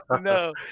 no